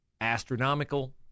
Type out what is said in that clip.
astronomical